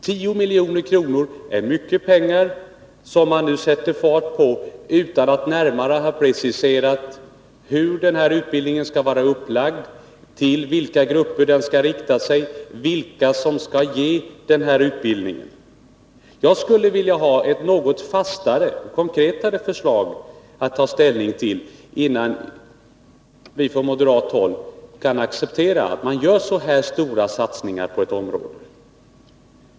10 milj.kr. är mycket pengar, som man nu sätter fart på utan att närmare ha preciserat hur utbildningen skall vara upplagd, till vilka grupper den skall rikta sig eller vilka som skall meddela undervisningen. Jag skulle vilja ha ett något fastare och konkretare förslag att ta ställning till, innan vi från moderat håll kan acceptera att man gör så här stora satsningar på ett område.